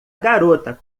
garota